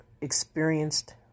experienced